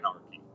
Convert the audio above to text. anarchy